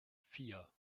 vier